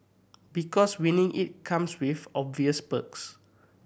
because winning it comes with obvious perks